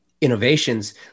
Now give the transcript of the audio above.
innovations